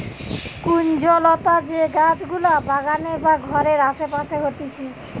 কুঞ্জলতা যে গাছ গুলা বাগানে বা ঘরের আসে পাশে হতিছে